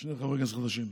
שני חברי כנסת חדשים.